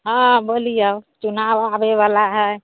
हँ बोलियौ चुनाव आबेवला हए